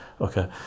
Okay